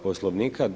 Poslovnika.